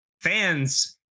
fans